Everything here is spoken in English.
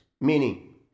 meaning